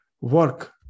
work